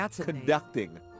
conducting